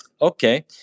Okay